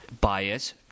bias